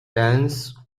dance